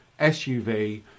suv